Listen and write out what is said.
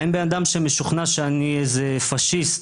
האם בן אדם שמשוכנע שאני איזה פשיסט,